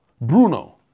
Bruno